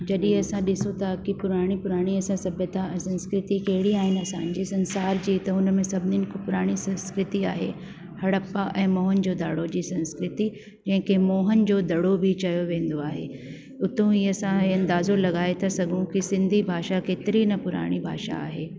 जॾी असां ॾिसूं था की पुराणी पुराणी असां सभ्यता संस्कृति कहिड़ी आहिनि असांजे संसार जी त हुन में सभिनीनि खां पुराणी हिकु संस्कृति आहे हड़प्पा ऐं मोहन जोदाड़ो जी संस्कृति ऐं के मोहन जो दड़ो बि चयो वेंदो आहे हुतो ई असां इहो अंदाज़ो लॻाए था सघूं की सिंधी भाषा केतरी न पुराणी भाषा आहे